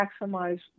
maximize